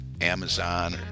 amazon